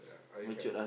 ya I ca~